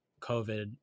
COVID